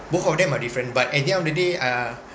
both of them are different but at the end of the day uh